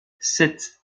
cette